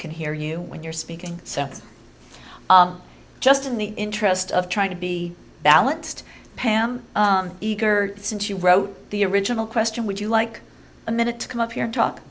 can hear you when you're speaking so just in the interest of trying to be balanced pam eager since you wrote the original question would you like a minute to come up here and talk